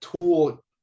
tool